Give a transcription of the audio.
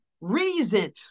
reason